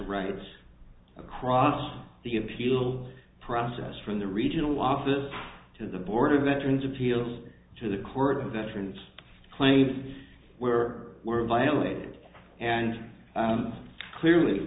rights across the appeals process from the regional office to the board or veterans appeals to the core of veterans claims were were violated and clearly